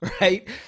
right